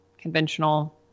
conventional